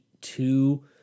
two